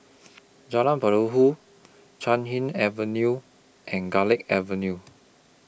Jalan Perahu Chan Hing Avenue and Garlick Avenue